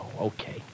Okay